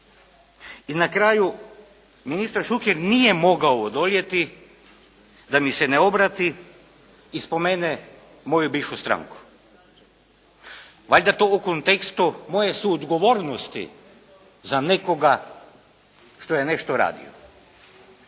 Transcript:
I na kraju ministar Šuker nije mogao odoljeti da mi se ne obrati i spomene moju bivšu stranku. Valjda to u kontekstu moje suodgovornosti za nekoga što je nešto radio.